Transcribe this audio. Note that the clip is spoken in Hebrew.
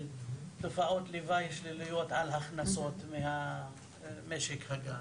תופעות לוואי שליליות על הכנסות ממשק הגז.